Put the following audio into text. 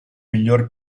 miglior